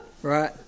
Right